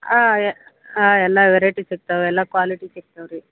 ಹಾಂ ಯ ಹಾಂ ಎಲ್ಲ ವೆರೈಟಿ ಸಿಗ್ತವೆ ಎಲ್ಲ ಕ್ವಾಲಿಟಿ ಸಿಗ್ತವೆ ರಿ